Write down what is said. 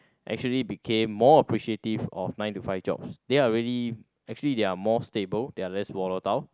actually became more appreciative of nine to five jobs they are really actually they are more stable they are less volatile